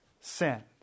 sin